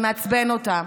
זה מעצבן אותה,